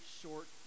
short